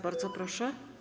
Bardzo proszę.